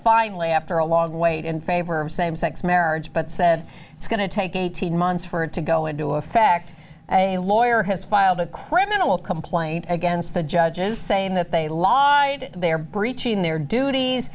after a long wait in favor of same sex marriage but said it's going to take eighteen months for it to go into effect a lawyer has filed a criminal complaint against the judges saying that they lied they are breaching their duties